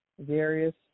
various